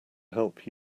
help